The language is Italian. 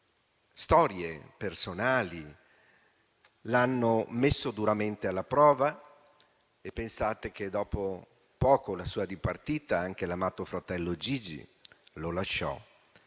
storie personali l'hanno messo duramente alla prova. Pensate che poco dopo la sua dipartita anche l'amato fratello Gigi lo lasciò